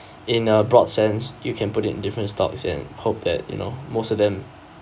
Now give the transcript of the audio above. in a broad sense you can put it in different stocks and hope that you know most of them